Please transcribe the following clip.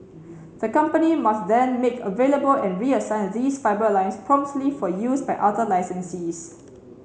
the company must then make available and reassign these fibre lines promptly for use by other licensees